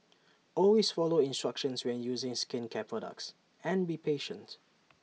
always follow instructions when using skincare products and be patient